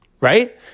Right